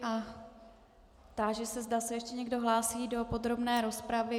A táži se, zda se ještě někdo hlásí do podrobné rozpravy.